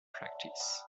practice